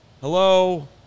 Hello